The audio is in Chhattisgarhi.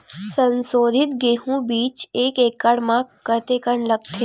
संसोधित गेहूं बीज एक एकड़ म कतेकन लगथे?